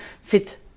fit